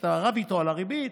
כשאתה רב איתו על הריבית,